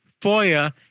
FOIA